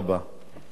תודה.